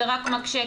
זה רק מקשה,